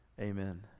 Amen